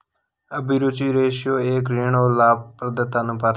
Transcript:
अभिरुचि रेश्यो एक ऋण और लाभप्रदता अनुपात है